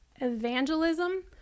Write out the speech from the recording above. evangelism